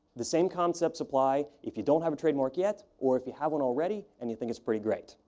the same concepts apply if you don't have a trademark yet or if you have one already and you think it's pretty great.